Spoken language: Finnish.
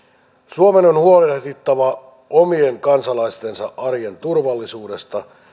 suomen on huolehdittava omien kansalaistensa arjen turvallisuudesta